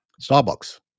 Starbucks